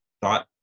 thought